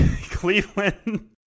Cleveland